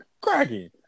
cracking